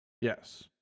Yes